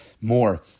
more